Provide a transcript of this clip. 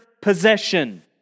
possession